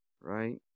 right